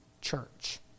church